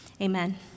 Amen